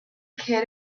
kid